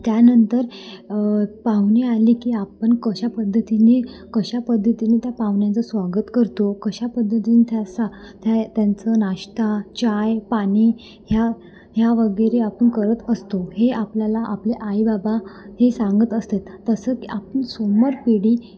त्यानंतर पाहुणे आले की आपण कशा पद्धतीने कशा पद्धतीने त्या पाहुण्यांचं स्वागत करतो कशा पद्धतीने त्यासा त्याय त्यांचं नाश्ता चहा पाणी ह्या ह्या वगैरे आपण करत असतो हे आपल्याला आपले आई बाबा हे सांगत असतात तसं की आपण समोर पिढी